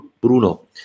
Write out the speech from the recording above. Bruno